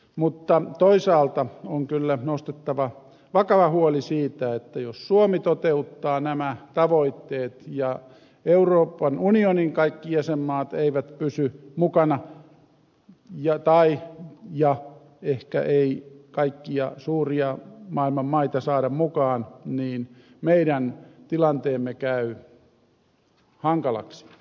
mutta toisaalta on kyllä nostettava vakava huoli siitä että jos suomi toteuttaa nämä tavoitteet ja euroopan unionin kaikki jäsenmaat eivät pysy mukana ja ehkä ei kaikkia suuria maailman maita saada mukaan niin meidän tilanteemme käy hankalaksi